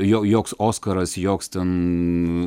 jau joks oskaras joks ten